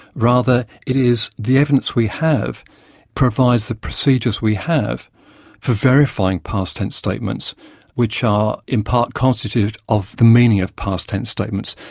rather, it is the evidence we have provides the procedures we have for verifying past tense statements which are, in part, constituted of the meaning of past tense statements.